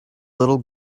little